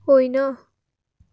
होइन